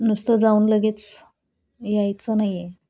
नुसतं जाऊन लगेच यायचं नाही आहे